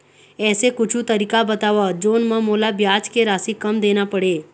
ऐसे कुछू तरीका बताव जोन म मोला ब्याज के राशि कम देना पड़े?